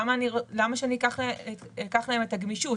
למה אקח להם את הגמישות?